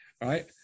right